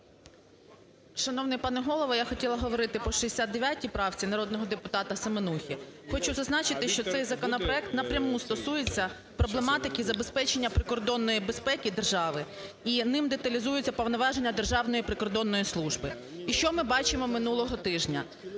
Шановний пане Голово! Я хотіла говорити по 69 правці, народного депутатаСеменухи. Хочу зазначити, що цей законопроект напряму стосується проблематики забезпечення прикордонної безпеки держави і ним деталізується повноваження Державної прикордонної служби. І що ми бачимо минулого тижня?